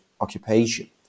occupation